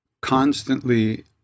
constantly